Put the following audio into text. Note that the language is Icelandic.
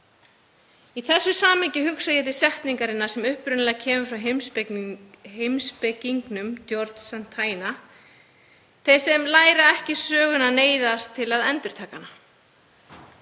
Í þessu samhengi hugsa ég til setningarinnar sem upprunalega kemur frá heimspekingnum George Santayana: Þeir sem læra ekki söguna neyðast til að endurtaka hana.